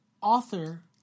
author